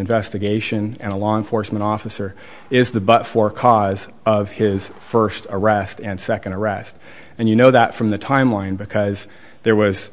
investigation and a law enforcement officer is the but for cause of his first arrest and second arrest and you know that from the timeline because there was